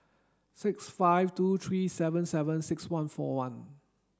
six five two three seven seven six one four one